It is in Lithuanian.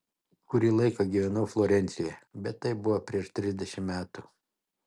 kurį laiką gyvenau florencijoje bet tai buvo prieš trisdešimt metų